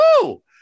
Woo